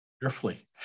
Carefully